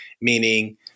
meaning